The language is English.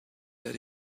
that